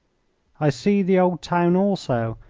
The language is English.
i see the old town also,